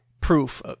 proof